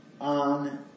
on